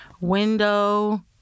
window